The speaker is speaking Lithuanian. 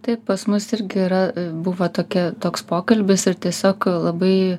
taip pas mus irgi yra buvo tokia toks pokalbis ir tiesiog labai